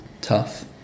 Tough